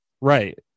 right